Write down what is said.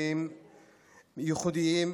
מקרים ייחודיים,